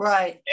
Right